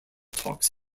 talks